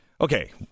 Okay